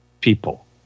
people